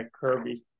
Kirby